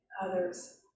others